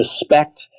respect